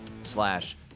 slash